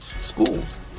schools